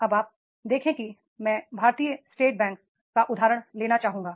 अब आप देखें कि मैं भारतीय स्टेट बैंक भारतीय स्टेट बैंक का उदाहरण लेना चाहूंगा